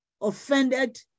offended